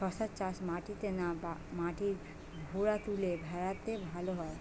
শশা চাষ মাটিতে না মাটির ভুরাতুলে ভেরাতে ভালো হয়?